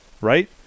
Right